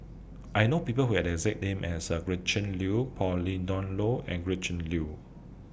I know People Who Have The exact name as Gretchen Liu Pauline Dawn Loh and Gretchen Liu